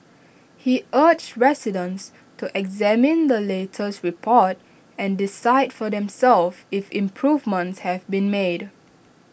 he urged residents to examine the latest report and decide for themselves if improvements have been made